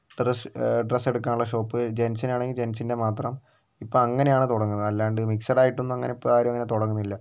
ത്രസ്സ് ഡ്രസ്സെടുക്കാനുള്ള ഷോപ്പ് ജെൻസിനാണെങ്കി ജെൻസിൻ്റെ മാത്രം ഇപ്പം അങ്ങനെയാണ് തുടങ്ങുന്നത് അല്ലാണ്ട് മിക്സഡായിട്ടൊന്നും അങ്ങനെയിപ്പം ആരും അങ്ങനെ തുടങ്ങുന്നില്ല